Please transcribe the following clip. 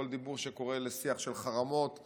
כל דיבור שקורא לשיח של חרמות וכו'.